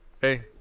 Hey